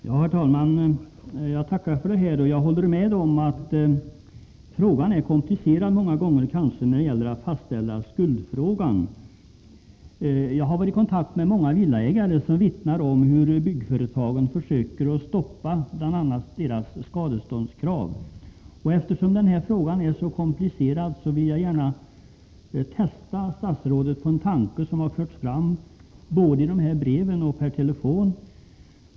Herr talman! Jag tackar för svaret och håller med om att det kanske ofta är komplicerat att fastställa skuldfrågan. Jag har varit i förbindelse med många villaägare som vittnar om hur byggföretagen bl.a. försöker att stoppa deras skadeståndskrav. Eftersom den här frågan är så komplicerad vill jag gärna testa statsrådet när det gäller en tanke som har förts fram både i de nämnda breven och i telefon.